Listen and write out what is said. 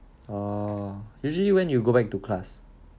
oh usually when you go back to class